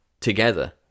together